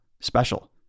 special